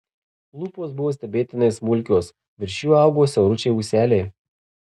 lūpos buvo stebėtinai smulkios virš jų augo siauručiai ūseliai